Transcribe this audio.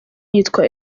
yitwa